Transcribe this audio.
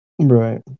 Right